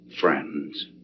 friends